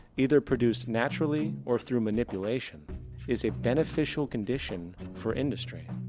either produced naturally or through manipulation is a beneficial condition for industry?